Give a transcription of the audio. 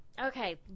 Okay